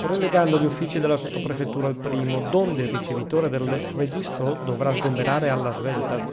relegando gli uffici della sottoprefettura al primo donde il ricevitore del registro dovrà sgomberare alla svelta